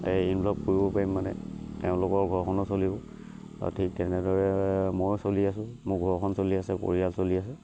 involve কৰিব পাৰিম মানে তেওঁলোকৰ ঘৰখনো চলিব আৰু ঠিক তেনেদৰে ময়ো চলি আছোঁ মোৰ ঘৰখন চলি আছে পৰিয়াল চলি আছে